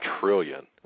trillion